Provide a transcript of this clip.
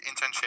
internship